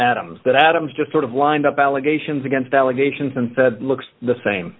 adams that adams just sort of lined up allegations against allegations and said looks the same